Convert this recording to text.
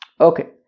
Okay